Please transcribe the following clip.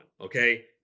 okay